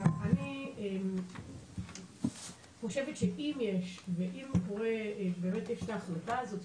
אני חושבת שאם יש ואם קורה ובאמת יש את ההחלטה הזאת,